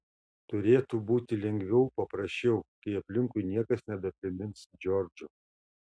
turėtų būti lengviau paprasčiau kai aplinkui niekas nebeprimins džordžo